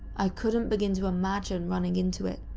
i couldn't begin to imagine running into it,